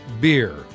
beer